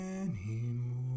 anymore